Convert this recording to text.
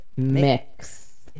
Mix